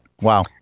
Wow